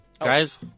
Guys